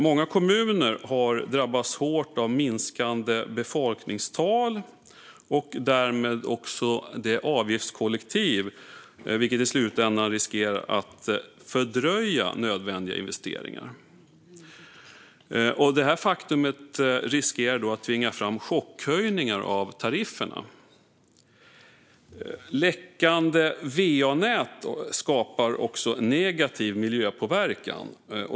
Många kommuner har drabbats hårt av minskande befolkningstal och därmed avgiftskollektiv, vilket i slutändan riskerar att fördröja nödvändiga investeringar. Detta faktum riskerar att tvinga fram chockhöjningar av tarifferna. Läckande va-nät skapar också negativ miljöpåverkan.